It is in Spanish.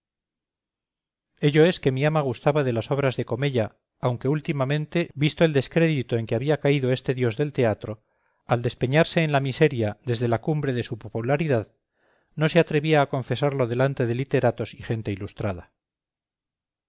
ello es que mi ama gustaba de las obras de comella aunque últimamente visto el descrédito en que había caído este dios del teatro al despeñarse en la miseria desde la cumbre de su popularidad no se atrevía a confesarlo delante de literatos y gente ilustrada